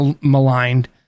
maligned